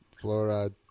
fluoride